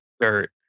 dirt